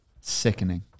Sickening